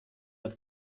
hat